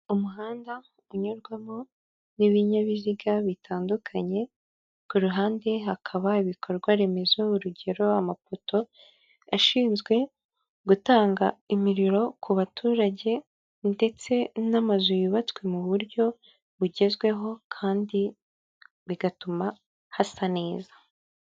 Umuhanda unyurwamo n'ibinyabiziga bitandukanye, ku ruhande hakaba ibikorwaremezo urugero amapoto ashinzwe gutanga imiriro ku baturage ndetse n'amazu yubatswe mu buryo bugezweho kandi bigatuma hasa neza.